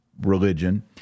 religion